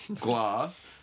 glass